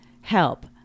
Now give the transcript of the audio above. help